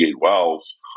wells